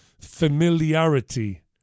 familiarity